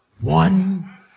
One